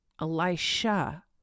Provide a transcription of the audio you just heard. Elisha